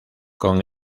con